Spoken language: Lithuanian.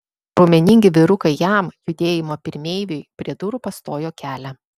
raumeningi vyrukai jam judėjimo pirmeiviui prie durų pastojo kelią